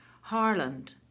Harland